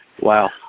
Wow